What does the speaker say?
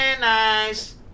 nice